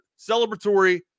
celebratory